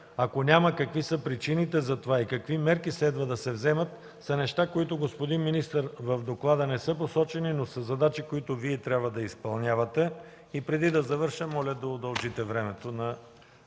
ако няма какви са причините за това и какви мерки следва да се вземат, са неща, които, господин министър, в доклада не са посочени, но са задачи, които Вие трябва да изпълнявате. Преди да завърша, моля да удължите времето.